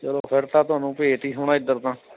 ਚਲੋ ਫਿਰ ਤਾਂ ਤੁਹਾਨੂੰ ਭੇਤ ਹੀ ਹੋਣਾ ਇੱਧਰ ਤਾਂ